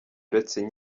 uretse